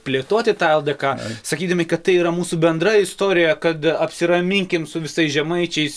plėtoti tą ldk sakydami kad tai yra mūsų bendra istorija kad apsiraminkim su visais žemaičiais